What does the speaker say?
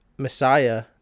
messiah